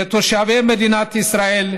כתושבי מדינת ישראל,